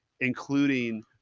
including